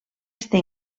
està